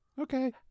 Okay